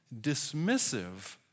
dismissive